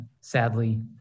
sadly